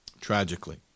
Tragically